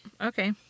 Okay